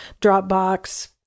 Dropbox